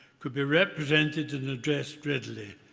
could be represented and addressed readily.